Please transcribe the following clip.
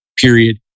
period